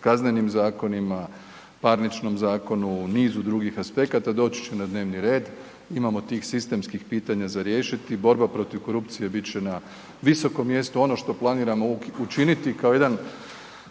kaznenim zakonima, parničnom zakonu, nizu drugih aspekata, doći će na dnevni red. Imamo tih sistemskih pitanja za riješiti i borba protiv korupcije bit će na visokom mjestu. Ono što planiramo učiniti kao jedan